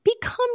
become